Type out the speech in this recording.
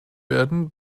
werden